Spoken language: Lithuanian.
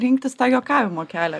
rinktis tą juokavimo kelią